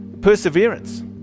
perseverance